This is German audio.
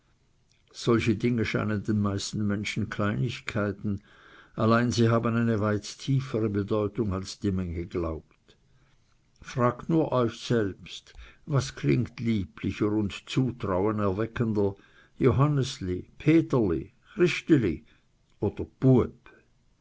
solche dinge scheinen den meisten menschen kleinigkeiten allein sie haben eine weit tiefere bedeutung als die menge glaubt fragt nur euch selbst was klingt lieblicher und zutrauen erweckender johannesli peterli christeli oder bueb